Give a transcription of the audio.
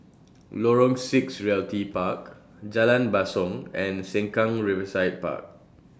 Lorong six Realty Park Jalan Basong and Sengkang Riverside Park